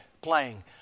playing